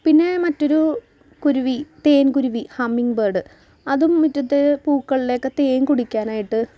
പിന്നെ മറ്റൊരു കുരുവി തേൻകുരുവി ഹമ്മിങ്ങ് ബേഡ് അതും മിറ്റത്ത് പൂക്കൾലക്കെ തേൻ കുടിക്കാനായിട്ട്